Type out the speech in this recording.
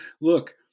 look